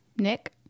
Nick